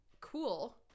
cool